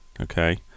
okay